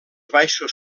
baixos